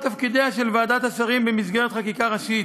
עיגון תפקידיה של ועדת השרים במסגרת חקיקה ראשית,